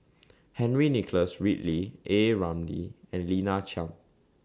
Henry Nicholas Ridley A Ramli and Lina Chiam